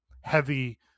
heavy